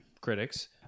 critics